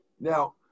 Now